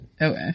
okay